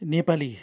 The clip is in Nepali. नेपाली